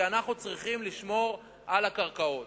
כי אנחנו צריכים לשמור על הקרקעות.